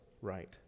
right